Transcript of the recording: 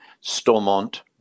Stormont